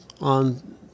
on